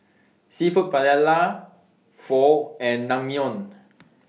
Seafood Paella Pho and Naengmyeon